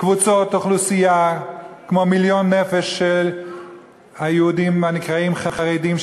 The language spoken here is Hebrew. קבוצות אוכלוסייה כמו מיליון נפש של היהודים הנקראים חרדים,